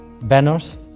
banners